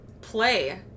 Play